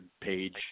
page